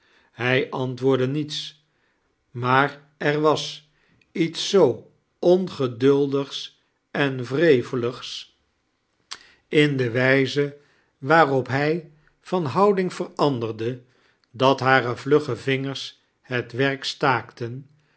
hij antwoordde niets maar er was iets zoo ongeduldigs en wreveligs in kerstvertellingen de wijze waarop hij van houding veranderde dat hare vlugge vingers het werk staakten